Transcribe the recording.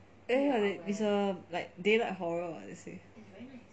I never heard of it it's a like daylight horror what they say